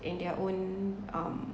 in their own um